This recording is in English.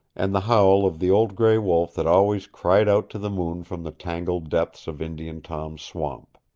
and the howl of the old gray wolf that always cried out to the moon from the tangled depths of indian tom's swamp.